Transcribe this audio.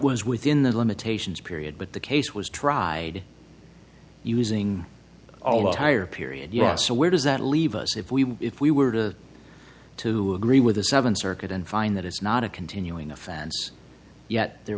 was within the limitations period but the case was tried using all of higher period yes so where does that leave us if we if we were to to agree with the seventh circuit and find that it's not a continuing offense yet there